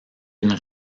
une